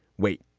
wait,